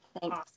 Thanks